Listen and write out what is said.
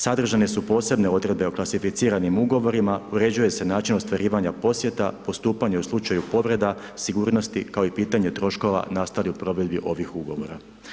Sadržane su posebne odredbe o klasificiranim ugovorima, uređuje se način ostvarivanja posjeta, postupanje u slučaju povreda sigurnosti kao i pitanje troškova nastalih u provedbi ovih ugovora.